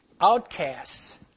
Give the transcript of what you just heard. outcasts